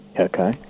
Okay